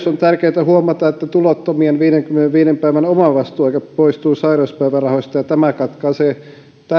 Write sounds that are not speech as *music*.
*unintelligible* on tärkeätä huomata myös että tulottomien viidenkymmenenviiden päivän omavastuuaika poistuu sairauspäivärahoista ja tämä katkaisee